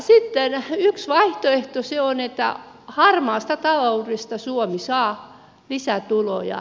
sitten yksi vaihtoehto on että harmaasta ta loudesta suomi saa lisätuloja